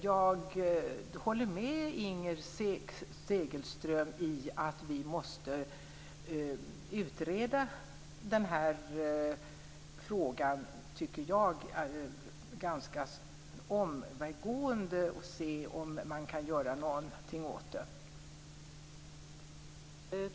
Jag håller med Inger Segelström att vi måste utreda den här frågan ganska omgående och se om man kan göra någonting åt det.